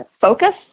focus